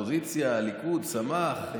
האופוזיציה, הליכוד שמח.